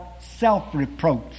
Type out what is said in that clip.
self-reproach